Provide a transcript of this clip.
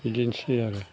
बिदिनसै आरो